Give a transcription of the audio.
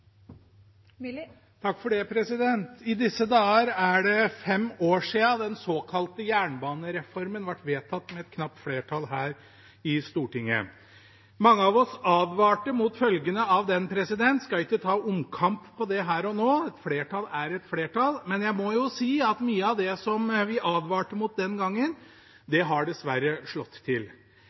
det fem år siden den såkalte jernbanereformen ble vedtatt med et knapt flertall her i Stortinget. Mange av oss advarte mot følgene av den. Jeg skal ikke ta en omkamp på det her og nå, et flertall er et flertall, men jeg må jo si at mye av det vi advarte mot den gangen, dessverre har slått til.